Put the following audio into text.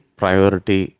priority